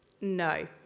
no